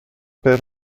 per